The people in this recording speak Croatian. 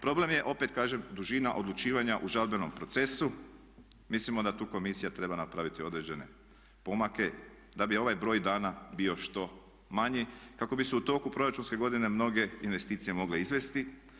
Problem je opet kažem dužina odlučivanja u žalbenom procesu, mislimo da tu komisija treba napraviti određene pomake da bi ovaj broj dana bio što manji kako bi se u toku proračunske godine mnoge investicije mogle izvesti.